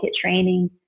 training